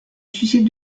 suicide